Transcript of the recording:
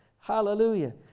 Hallelujah